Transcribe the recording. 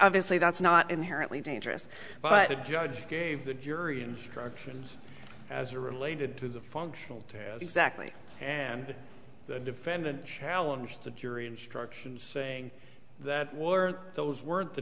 obviously that's not inherently dangerous but the judge gave the jury instructions as are related to the functional to exactly and the defendant challenge the jury instructions saying that were those weren't the